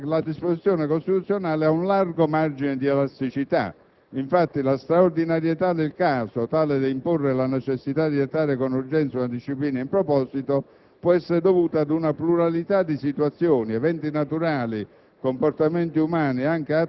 la disposizione costituzionale ha un largo margine di elasticità. Infatti, la straordinarietà del caso, tale da imporre la necessità di dettare con urgenza una disciplina in proposito, può esser dovuta ad una pluralità di situazioni (eventi naturali,